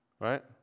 Right